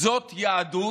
זאת יהדות